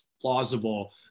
plausible